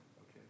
Okay